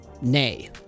nay